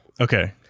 Okay